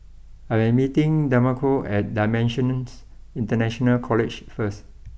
I am meeting Demarco at dimensions International College first